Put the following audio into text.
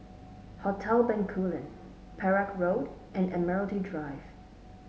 Hotel Bencoolen Perak Road and Admiralty Drive